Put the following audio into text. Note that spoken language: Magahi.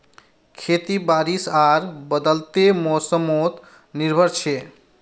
खेती बारिश आर बदलते मोसमोत निर्भर छे